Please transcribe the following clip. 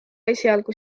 esialgu